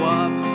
up